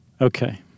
Okay